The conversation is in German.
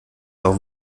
auch